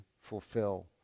fulfill